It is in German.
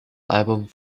album